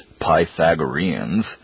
Pythagoreans